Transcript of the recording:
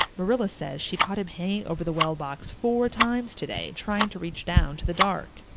marilla says she caught him hanging over the well-box four times today, trying to reach down to the dark.